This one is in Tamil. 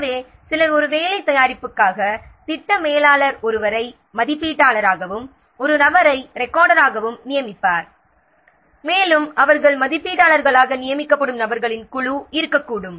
எனவே சிலர் ஒரு வேலை தயாரிப்புக்காக எனவே திட்ட மேலாளர் ஒருவரை மதிப்பீட்டாளராகவும் ஒரு நபரை ரெக்கார்டராகவும் நியமிப்பார் மேலும் அவர்கள் மதிப்பீட்டாளர்களாக நியமிக்கப்படும் நபர்களின் குழு இருக்கக்கூடும்